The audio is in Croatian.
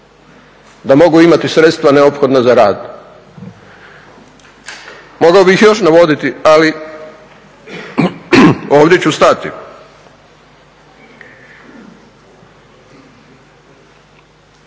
da mogu imati sredstva neophodna za rad. Mogao bih još navoditi, ali ovdje ću stati.